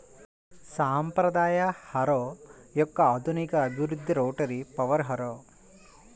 సాంప్రదాయ హారో యొక్క ఆధునిక అభివృద్ధి రోటరీ పవర్ హారో